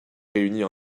réunies